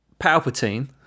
Palpatine